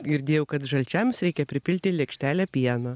girdėjau kad žalčiams reikia pripilti lėkštelę pieno